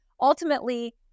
ultimately